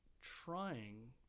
trying